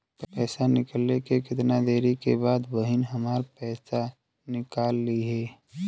पैसा भेजले के कितना देरी के बाद बहिन हमार पैसा निकाल लिहे?